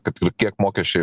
kad ir kiek mokesčiai